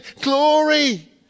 Glory